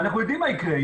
אנחנו יודעים מה יקרה,